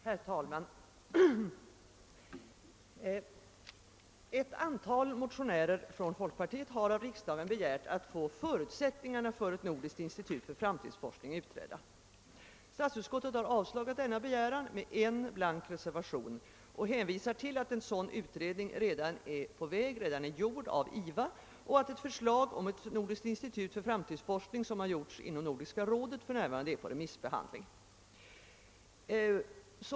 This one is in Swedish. Herr talman! Ett antal motionärer från folkpartiet har av riksdagen begärt att få förutsättningarna för ett nordiskt institut för framtidsforskning utredda. Statsutskottet har, med en blank reservation, avstyrkt denna begäran med hänvisning till att en sådan utredning redan är gjord av IVA och att ett förslag om ett nordiskt institut som har framställts i Nordiska rådet är på remissbehandling för närvarande.